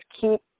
keep